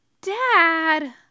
Dad